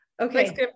Okay